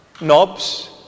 knobs